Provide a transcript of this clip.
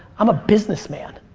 i'm a businessman.